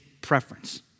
preference